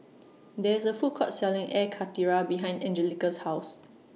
There IS A Food Court Selling Air Karthira behind Angelica's House